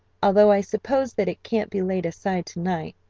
although i suppose that it can't be laid aside to-night,